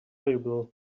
valuable